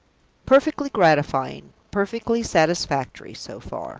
perfectly gratifying, perfectly satisfactory, so far!